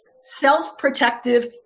self-protective